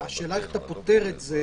השאלה איך אתה פותר את זה